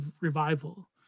revival